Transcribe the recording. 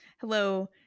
Hello